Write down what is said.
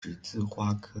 十字花科